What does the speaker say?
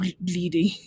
bleeding